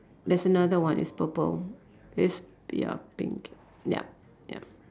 there's another one it's purple it's ya pink ya ya